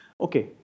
Okay